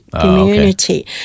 community